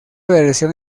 versión